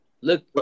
Look